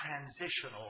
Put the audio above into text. transitional